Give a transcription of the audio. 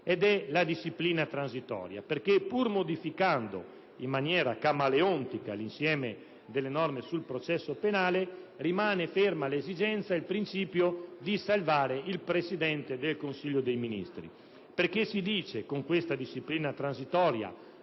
la disciplina transitoria. Infatti, pur modificando in maniera camaleontica l'insieme delle norme sul processo penale, rimane ferma l'esigenza di salvare il Presidente del Consiglio dei ministri. Con questa disciplina transitoria